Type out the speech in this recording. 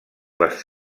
les